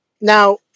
Now